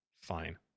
Fine